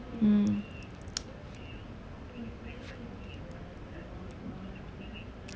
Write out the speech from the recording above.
mm